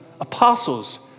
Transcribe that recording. Apostles